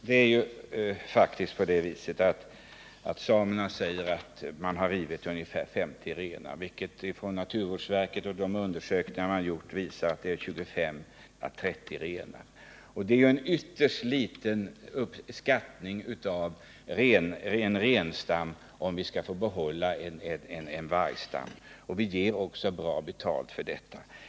Herr talman! Det är på det viset att samerna säger att vargar har rivit ungefär 50 renar, medan det enligt naturvårdsverket och enligt de undersökningar som gjorts faktiskt visat sig att det bara är 25 å 30 renar som rivits. Detta är en ytterst liten skattning av renstammen för att vi skall få behålla en vargstam, och samerna får ju också bra betalt för detta.